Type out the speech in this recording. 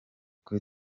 kuri